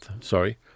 Sorry